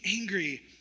angry